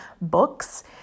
books